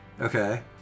Okay